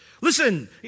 Listen